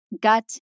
gut